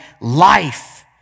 life